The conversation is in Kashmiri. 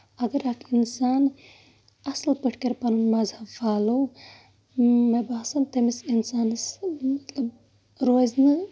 اَگر اَتھ اِنسان اَصٕل پٲٹھۍ کرِ پنُن مَزہب فالو مےٚ باسان تٔمِس اِنسانَس روزِ نہٕ